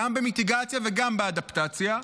גם במיטיגציה וגם באדפטציה,